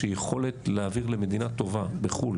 איזושהי יכולת להעביר למדינה טובה בחו"ל